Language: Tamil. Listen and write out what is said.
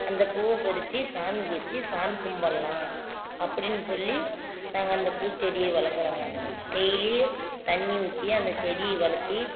அந்த பூவை பறித்து சாமிக்கு வைச்சி சாமி கும்பிட்லாம் அப்படின்னு சொல்லி நாங்கள் அந்த பூச்செடியை வளக்கிறோங்க டெய்லி தண்ணி ஊற்றி அந்த செடியை வளத்து